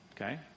okay